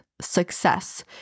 success